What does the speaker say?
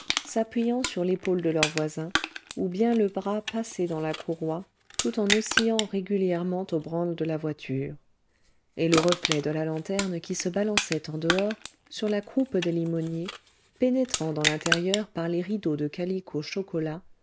s'appuyant sur l'épaule de leur voisin ou bien le bras passé dans la courroie tout en oscillant régulièrement au branle de la voiture et le reflet de la lanterne qui se balançait en dehors sur la croupe des limoniers pénétrant dans l'intérieur par les rideaux de calicot chocolat